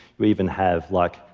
we even have, like,